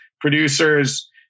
producers